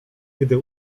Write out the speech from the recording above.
gdy